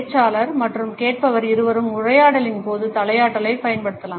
பேச்சாளர் மற்றும் கேட்பவர் இருவரும் உரையாடலின் போது தலையாட்டலைப் பயன்படுத்தலாம்